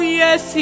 yes